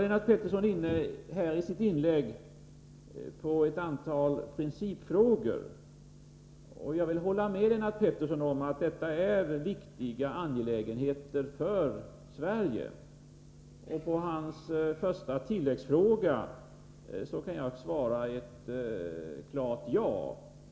Lennart Pettersson var i sitt inlägg inne på ett antal principfrågor, och jag vill hålla med Lennart Pettersson om att detta är viktiga angelägenheter för Sverige. På hans första tilläggsfråga kan jag svara ett klart ja.